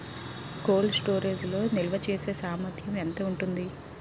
Cold storage లో నిల్వచేసేసామర్థ్యం ఎంత ఉంటుంది?